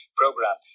program